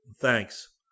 Thanks